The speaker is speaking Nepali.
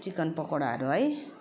चिकन पकोडाहरू है